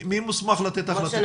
מי מוסמך לתת החלטות-